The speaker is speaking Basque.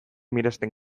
miresten